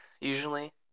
usually